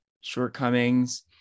shortcomings